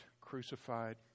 crucified